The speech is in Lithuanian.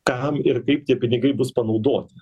kam ir kaip tie pinigai bus panaudoti